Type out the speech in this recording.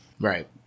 Right